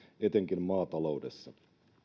etenkin maataloudessa